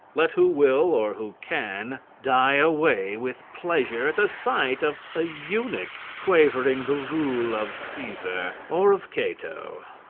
let who will, or who can, die away with pleasure at the sight of an ah eunuch quavering the role of caesar, or of cato,